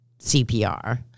CPR